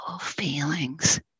feelings